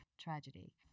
tragedy